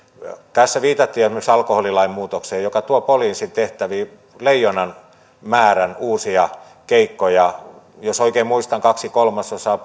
tässä viitattiin esimerkiksi alkoholilain muutokseen joka tuo poliisin tehtäviin leijonanmäärän uusia keikkoja jos oikein muistan kahteen kolmasosaan